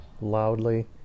loudly